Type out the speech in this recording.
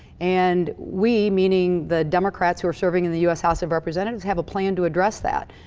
and we, meaning the democrats, who are serving in the us house of representatives, have a plan to address that.